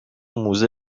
موزه